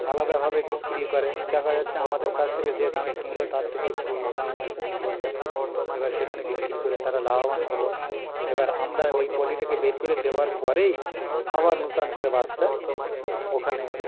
আলাদাভাবে বিক্রি করে দেখা যাচ্ছে আমাদের কাছ থেকে যে দামে কিনল তার থেকে একটু দামে বিক্রি করল এবার সেখানে বিক্রি করে তারা লাভবান হলো এবার আমরা ওই পোলট্রিটাকে বের করে দেওয়ার পরেই আবার নতুন করে বাচ্চা ওখানে